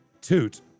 toot